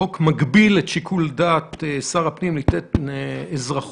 החוק מגביל את שיקול דעת שר הפנים לתת אזרחות